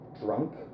drunk